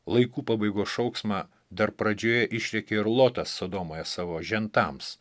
laikų pabaigos šauksmą dar pradžioje išrėkė ir lotas sodomoje savo žentams